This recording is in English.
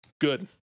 Good